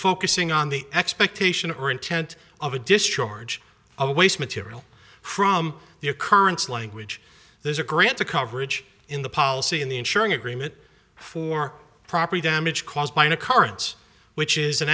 focusing on the expectation or intent of a discharge of waste material from the occurrence language there's a grant to coverage in the policy in the insuring agreement for property damage caused by an occurrence which is an